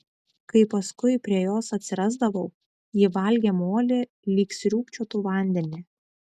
kai paskui prie jos atsirasdavau ji valgė molį lyg sriūbčiotų vandenį